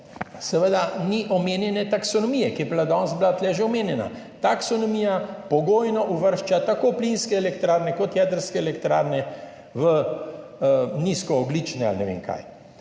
seveda ni omenjene taksonomije, ki je danes bila tu že omenjena. Taksonomija pogojno uvršča tako plinske elektrarne kot jedrske elektrarne v nizkoogljične, ali ne vem kaj,